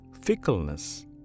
fickleness